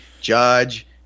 Judge